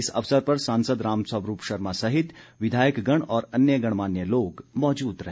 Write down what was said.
इस अवसर पर सांसद रामस्वरूप शर्मा सहित विधायकगण और अन्य गणमान्य लोग मौजूद रहे